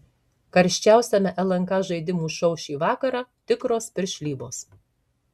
karščiausiame lnk žaidimų šou šį vakarą tikros piršlybos